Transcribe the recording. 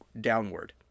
downward